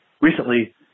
Recently